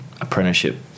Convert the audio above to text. apprenticeship